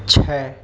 چھ